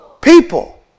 people